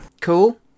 Cool